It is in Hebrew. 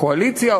קואליציה,